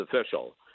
official